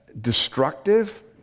destructive